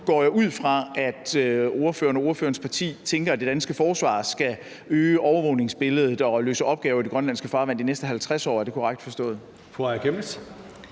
går jeg ud fra, at ordføreren og ordførerens parti tænker, at det danske forsvar skal øge overvågningsbilledet og løse opgaver i det grønlandske farvand de næste 50 år. Er det korrekt forstået?